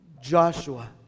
joshua